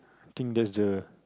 I think that's the